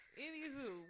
Anywho